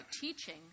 teaching